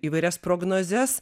įvairias prognozes